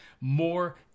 more